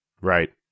Right